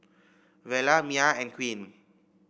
Vela Mya and Queen